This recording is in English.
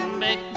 make